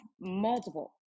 multiple